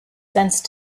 sense